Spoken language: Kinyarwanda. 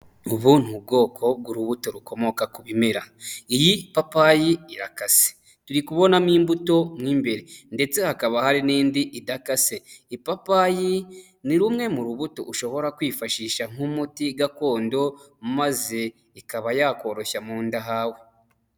Ubu ni ubwoko bw'urubuto rukomoka ku bimera, iyi papayi irakase, turi kubonamo imbuto mo imbere, ndetse hakaba hari n'indi idakase. Ipapayi ni rumwe mu rubuto ushobora kwifashisha nk'umuti gakondo, maze ikaba yakoroshya mu nda hawe.